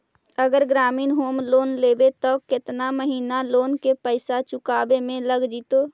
अगर ग्रामीण home loan लेबै त केतना महिना लोन के पैसा चुकावे में लग जैतै?